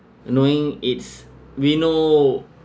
knowing it's we know